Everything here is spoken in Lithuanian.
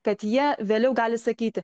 kad jie vėliau gali sakyti